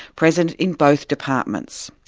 present in both departments.